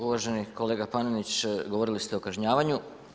Uvaženi kolega Panenić, govorili ste o kažnjavanju.